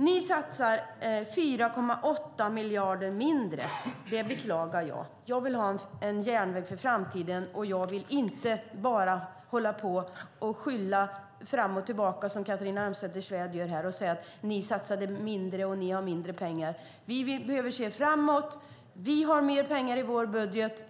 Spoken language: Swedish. Ni satsar 4,8 miljarder kronor mindre. Det beklagar jag. Jag vill ha en järnväg för framtiden, och jag vill inte bara skylla fram och tillbaka som Catharina Elmsäter-Svärd gör när hon säger: Ni satsade mindre, och ni har mindre pengar. Vi behöver se framåt. Vi har mer pengar i vår budget.